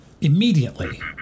immediately